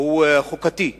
הוא חוקתי.